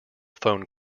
phone